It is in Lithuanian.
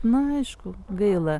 na aišku gaila